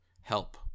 help